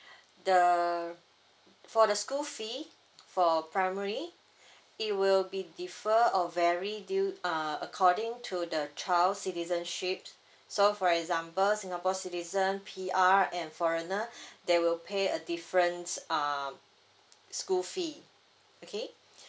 the for the school fee for primary it will be differ or vary due uh according to the child citizenship so for example singapore citizen P_R and foreigner they will pay a different um school fee okay